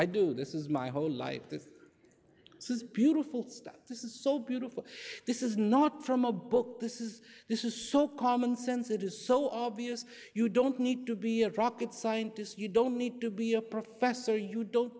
i do this is my whole life this is beautiful stuff this is so beautiful this is not from a book this is this is so common sense it is so obvious you don't need to be a truck it scientists you don't need to be a professor you don't